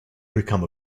become